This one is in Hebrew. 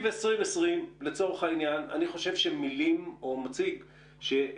אני חושב שההתעסקות